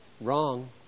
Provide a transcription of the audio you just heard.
Wrong